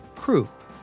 croup